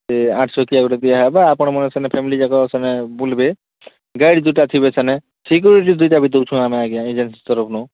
ସେ ଆଠ୍ ଚକିଆ ଗୁଟେ ଦିଆହେବା ଆପଣମାନେ ସେନେ ଫ୍ୟାମିଲିଯାକ ସେନେ ବୁଲବେ ଗାଇଡ଼୍ ଦୁଇଟା ଥିବେ ସେନେ ସିକ୍ୟୁରିଟି ବି ଦୁଇଟା ବି ଦେଉଛୁ ଆମେ ଆଜ୍ଞା ଏଜେନ୍ସି ତରଫନୁ